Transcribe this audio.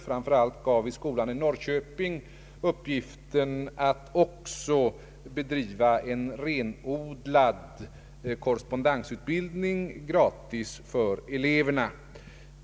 Framför allt gav vi skolan i Norrköping uppgiften att också bedriva en renodlad korrespondensundervisning gratis för eleverna.